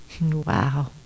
Wow